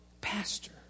pastor